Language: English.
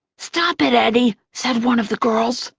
stop it, eddie, said one of the girls.